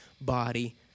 body